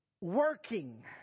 working